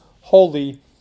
holy